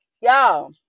y'all